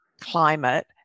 climate